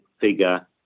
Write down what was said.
figure